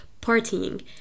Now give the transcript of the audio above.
partying